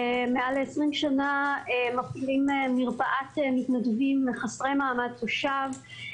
מעל 20 שנה מפעילים מרפאת מתנדבים חסרי מעמד תושב,